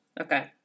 Okay